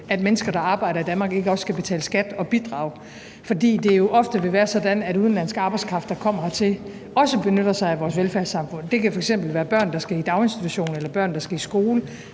at mennesker, der arbejder i Danmark, ikke også skal betale skat og bidrage, fordi det jo ofte vil være sådan, at udenlandsk arbejdskraft, der kommer hertil, også benytter sig af vores velfærdssamfund. Det kan f.eks. være børn, der skal i daginstitution, eller børn, der skal i skole.